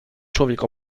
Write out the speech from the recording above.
człowiek